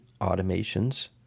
automations